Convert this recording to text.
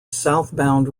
southbound